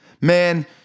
Man